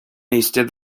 eistedd